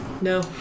No